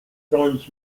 fronds